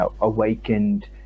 awakened